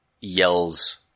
yells